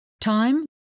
Time